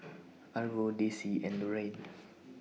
Arvo Dessie and Loraine